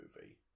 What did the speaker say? movie